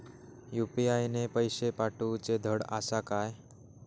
UPI ने पैशे पाठवूचे धड आसा काय?